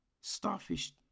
starfish